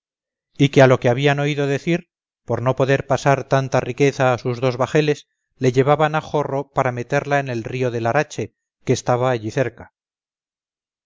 y que a lo que habían oído decir por no poder pasar tanta riqueza a sus dos bajeles le llevaban a jorro para meterla en el río de larache que estaba allí cerca